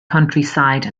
countryside